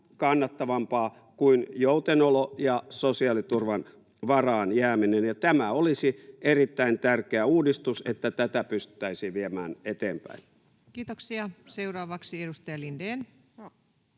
kannattavampaa kuin joutenolo ja sosiaaliturvan varaan jääminen. Tämä olisi erittäin tärkeä uudistus, että tätä pystyttäisiin viemään eteenpäin. [Speech 15] Speaker: Ensimmäinen